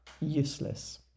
Useless